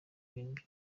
bintu